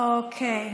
אוקיי.